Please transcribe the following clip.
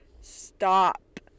stop